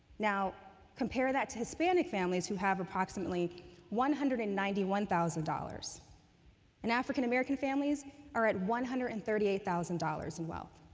now, compare that to hispanic families who have approximately one hundred and ninety one thousand and african-american families are at one hundred and thirty eight thousand dollars in wealth.